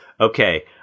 okay